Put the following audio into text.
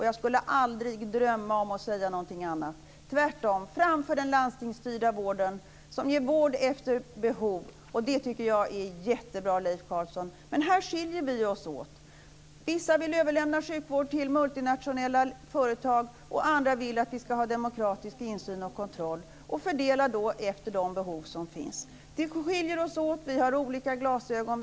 Jag skulle aldrig drömma om att säga någonting annat, tvärtom. Fram för den landstingsstyrda vården som ger vård efter behov! Det tycker jag är jättebra, Här skiljer vi oss åt. Vissa vill överlämna sjukvården till multinationella företag och andra vill att vi ska ha demokratisk insyn och kontroll och att vi ska fördela efter de behov som finns. Vi skiljer oss åt. Vi har olika glasögon.